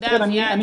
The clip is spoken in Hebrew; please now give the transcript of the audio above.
יש